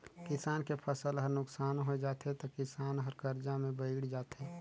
किसान के फसल हर नुकसान होय जाथे त किसान हर करजा में बइड़ जाथे